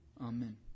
Amen